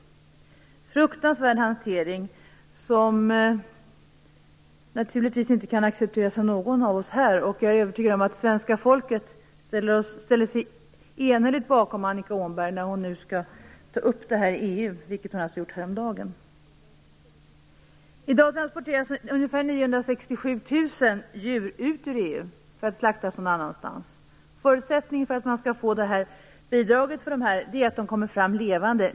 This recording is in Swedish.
Det är en fruktansvärd hantering som naturligtvis inte kan accepteras av någon av oss här. Och jag är övertygad om att svenska folket enhälligt ställer sig bakom Annika Åhnberg när hon tar upp det här i EU. Det gjorde hon alltså häromdagen. för att slaktas någon annanstans. Förutsättningen för att man skall få bidrag är att djuren kommer fram levande.